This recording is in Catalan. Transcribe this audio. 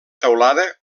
teulada